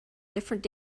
different